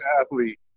athlete